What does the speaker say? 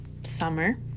summer